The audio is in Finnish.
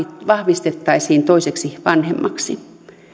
vahvistettaisiin toiseksi vanhemmaksi